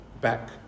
back